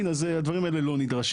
לא, אני מקווה שאני לא אחטוף.